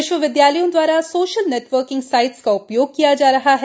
विश्वविद्यालयों द्वारा social networking sites का उपयोग किया जा रहा है